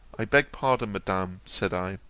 i beg pardon, madam, said i.